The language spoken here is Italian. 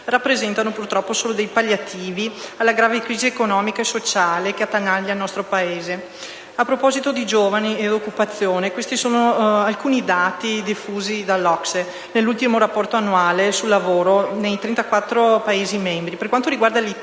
Rappresentano purtroppo solo dei palliativi alla grave crisi economica e sociale che attanaglia il nostro Paese. A proposito di giovani e occupazione, questi sono alcuni dati diffusi dall'OCSE nell'ultimo Rapporto annuale sul lavoro nei 34 Paesi membri. Per quanto riguarda l'Italia,